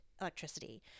electricity